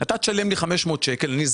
אתה תשלם לי 500 שקלים אני,